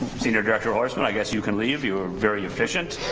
senior director hortsman, i guess you can leave. you were very efficient.